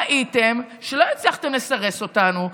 ראיתם שלא הצלחתם לסרס אותנו,